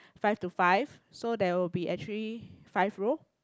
five to five so there will be actually five row